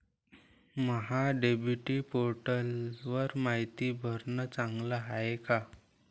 महा DBT पोर्टलवर मायती भरनं चांगलं हाये का?